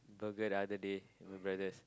burger the other day with my brothers